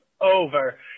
over